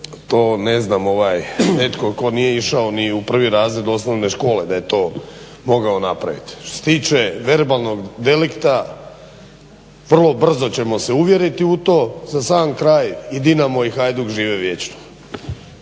to ne znam netko tko nije išao ni u prvi razred osnovne škole da je to mogao napraviti. Što se tiče verbalnog delikta vrlo brzo ćemo se uvjeriti u to. Za sam kraj i Dinamo i Hajduk žive vječno.